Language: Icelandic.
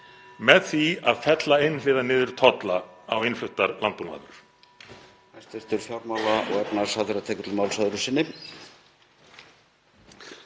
með því að fella einhliða niður tolla á innfluttar landbúnaðarvörur.